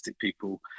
people